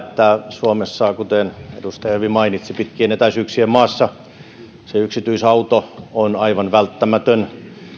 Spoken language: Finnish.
suomessa kuten edustaja hyvin mainitsi pitkien etäisyyksien maassa se yksityisauto on aivan välttämätön